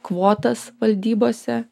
kvotas valdybose